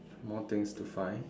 more things to find